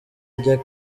ajya